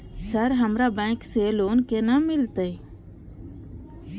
Sir हमरा bank से loan केना मिलते?